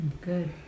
Good